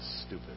stupid